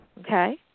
Okay